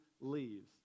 leaves